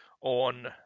on